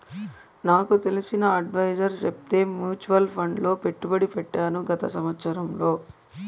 నాకు తెలిసిన అడ్వైసర్ చెప్తే మూచువాల్ ఫండ్ లో పెట్టుబడి పెట్టాను గత సంవత్సరంలో